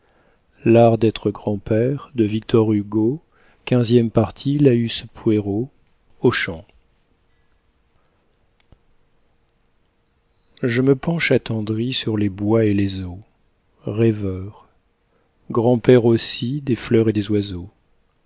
je me penche attendri sur les bois et les eaux rêveur grand-père aussi des fleurs et des oiseaux